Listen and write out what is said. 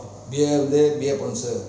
oh